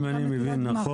אז אם אני מבין נכון,